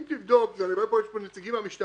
אם תבדוק אני רואה שיש כאן נציגים מן המשטרה